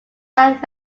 had